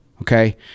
Okay